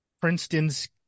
Princeton's